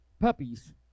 puppies